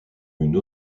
une